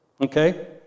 Okay